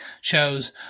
shows